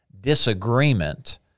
disagreement